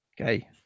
Okay